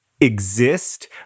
exist